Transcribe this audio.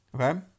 Okay